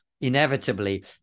inevitably